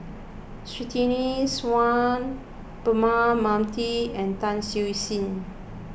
Surtini Sarwan Braema Mathi and Tan Siew Sin